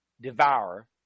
devour